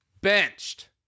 benched